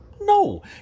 No